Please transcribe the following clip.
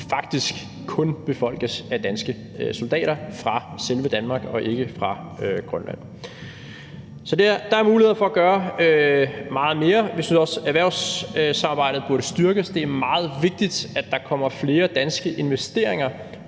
faktisk kun befolkes af danske soldater fra selve Danmark og ikke fra Grønland. Så der er muligheder for at gøre meget mere. Vi synes også, at erhvervssamarbejdet burde styrkes. Det er meget vigtigt, at der kommer flere danske investeringer